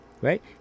Right